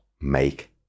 make